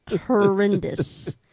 horrendous